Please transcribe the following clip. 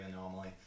normally